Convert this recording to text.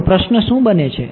તો પ્રશ્ન શું બને છે